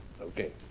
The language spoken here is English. Okay